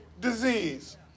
disease